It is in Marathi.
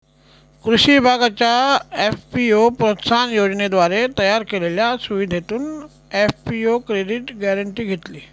कृषी विभागाच्या एफ.पी.ओ प्रोत्साहन योजनेद्वारे तयार केलेल्या सुविधेतून एफ.पी.ओ क्रेडिट गॅरेंटी घेतली